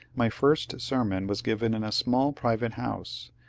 my first sermon was given in a small private house,